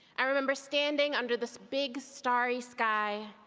i remember standing under the big starry sky,